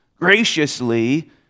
graciously